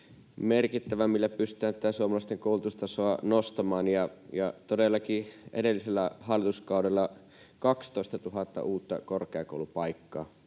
tekijä, millä pystytään suomalaisten koulutustasoa nostamaan. Todellakin edellisellä hallituskaudella tuli 12 000 uutta korkeakoulupaikkaa